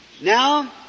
Now